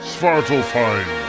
Svartalfheim